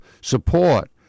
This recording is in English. support